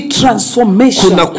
transformation